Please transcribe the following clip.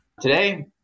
Today